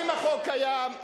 אם החוק קיים,